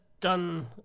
done